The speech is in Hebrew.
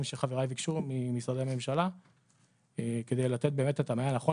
שחבריי ביקשו ממשרדי הממשלה כדי לתת באמת את המענה הנכון